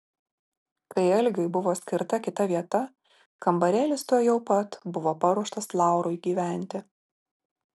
kai algiui buvo skirta kita vieta kambarėlis tuojau pat buvo paruoštas laurui gyventi